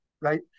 Right